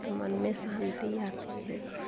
तो मन में शांति आती है